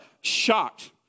shocked